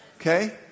Okay